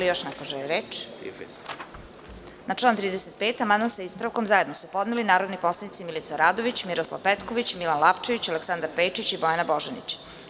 Da li neko želi reč? (Ne) Na član 35. amandman sa ispravkom su zajedno podneli narodni poslanici Milica Radović, Miroslav Petković, Milan Lapčević, Aleksandar Pejčić i Bojana Božanić.